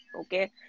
Okay